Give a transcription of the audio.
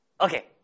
Okay